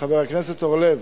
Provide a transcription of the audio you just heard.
חבר הכנסת אורלב,